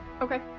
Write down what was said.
Okay